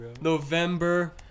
November